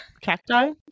Cacti